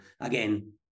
again